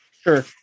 Sure